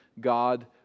God